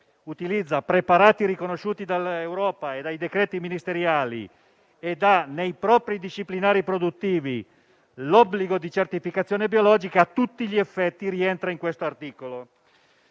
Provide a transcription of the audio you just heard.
utilizza preparati riconosciuti dall'Europa e dai decreti ministeriali e ha nei propri disciplinari produttivi l'obbligo di certificazione biologica, a tutti gli effetti rientra in questo articolo.